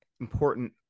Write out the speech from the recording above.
important